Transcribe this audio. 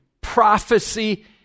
prophecy